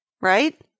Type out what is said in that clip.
Right